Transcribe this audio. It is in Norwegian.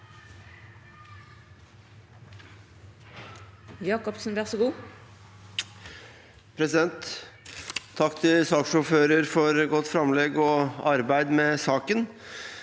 Takk til saksordfører- en for godt framlegg og arbeid med saken.